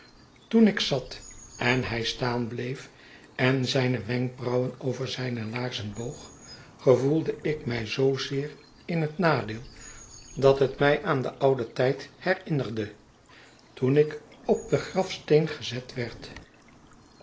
toen ik zat en hij staan bleef en zijne wenkbrauwen over zijne laarzen boog gevoelde ik mij zoo zeer in het nadeel dat het mij aan den ouden tijd herinnerde toen ik opdengrafsteen gezet werd